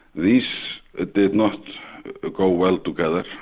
these did not go well together,